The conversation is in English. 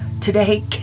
today